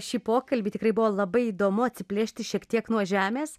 šį pokalbį tikrai buvo labai įdomu atsiplėšti šiek tiek nuo žemės